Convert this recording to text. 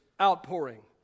outpouring